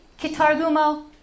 Kitargumo